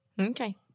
Okay